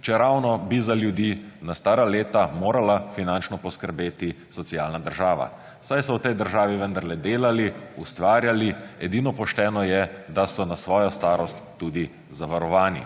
čeravno bi za ljudi na stara leta morala finančno poskrbeti socialna država, saj so v tej državi vendarle delali, ustvarjali. Edino pošteno je, da so na svojo starost tudi zavarovani.